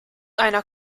einer